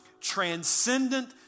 transcendent